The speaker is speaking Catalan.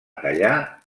tallar